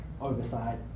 oversight